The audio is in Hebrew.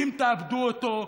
ואם תאבדו אותו,